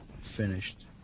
finished